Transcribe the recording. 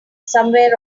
somewhere